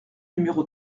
numéro